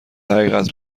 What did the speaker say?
حقیقت